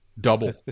Double